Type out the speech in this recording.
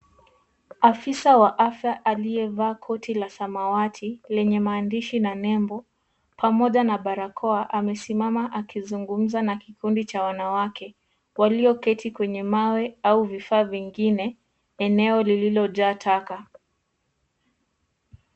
Afisa wa afya aliyevaa koti la samawati, lenye maandishi na nembo, pamoja na barakoa, amesimama akizungumza na kikundi cha wanawake, walioketi kwenye mawe au vifaa vingine, eneo lililojaa taka.